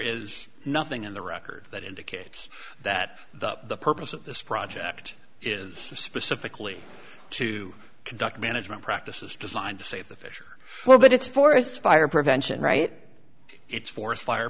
is nothing in the record that indicates that the purpose of this project is specifically to conduct management practices designed to save the fish or well but it's forest fire prevention right it's forest fire